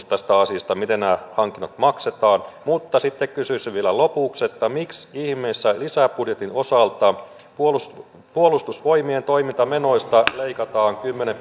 tästä asiasta miten nämä hankinnat maksetaan sitten kysyisin vielä lopuksi miksi ihmeessä lisäbudjetin osalta puolustusvoimien toimintamenoista leikataan kymmenen